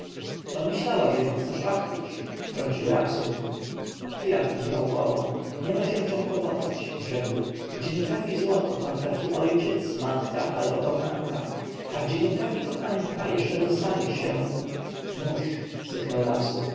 bo myślała że ją chcesz okpić wtrącił rabsun hiram pokiwał głową niema się czem kłopotać rzekł gdzie nie trafi złoto tam trafi ojciec matka albo kochanka a gdzie nie trafi kochanka jeszcze dostanie się nóż syknął